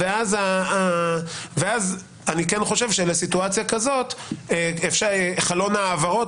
ואני כן חושב שלסיטואציה כזאת "חלון ההעברות",